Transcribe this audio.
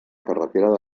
carretera